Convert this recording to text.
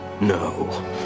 No